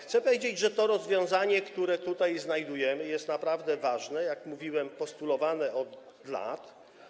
Chcę powiedzieć, że to rozwiązanie, które tutaj znajdujemy, jest naprawdę ważne, jak mówiłem, postulowane od lat.